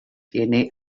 dna